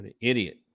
idiot